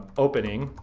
opening,